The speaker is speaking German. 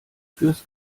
fürs